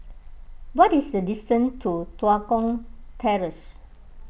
what is the distance to Tua Kong Terrace